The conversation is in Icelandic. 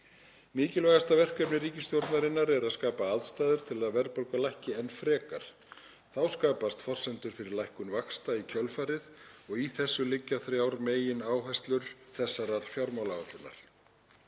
Mikilvægasta verkefni ríkisstjórnarinnar er að skapa aðstæður til að verðbólga lækki enn frekar. Þá skapast forsendur fyrir lækkun vaxta í kjölfarið og í þessu liggja þrjár megináherslur þessarar fjármálaáætlunar.